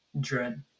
dread